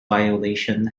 violation